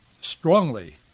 strongly